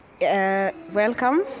welcome